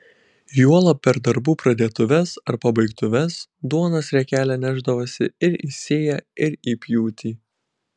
juolab per darbų pradėtuves ar pabaigtuves duonos riekelę nešdavosi ir į sėją ir į pjūtį